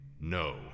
No